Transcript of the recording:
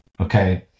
Okay